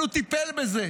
אבל הוא טיפל בזה,